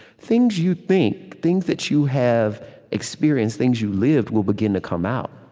things you think, things that you have experienced, things you live will begin to come out